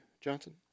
Johnson